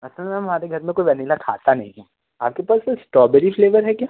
असल में मैम हमारे घर में कोई वनीला खाता नहीं है आपके पास इस्टॉबेरी फ़्लेवर है क्या